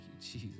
Jesus